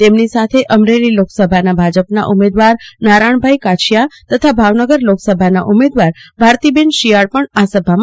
તેમની સાથે અમરેલી લોકસભાના ભાજપના ઉમેદવાર નારણભાઇ કાછડીયા તથા ભાવનગર લોકસભાના ઉમેદવાર ભારતીબેન શિયાળ પણ આ સભામાં જોડાશે